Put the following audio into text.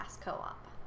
co-op